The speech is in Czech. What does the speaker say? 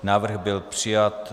Návrh byl přijat.